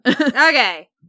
Okay